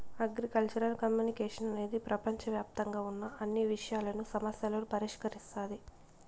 agricultural communication అనేది ప్రపంచవ్యాప్తంగా ఉన్న అన్ని విషయాలను, సమస్యలను పరిష్కరిస్తాది